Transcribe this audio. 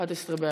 11 בעד.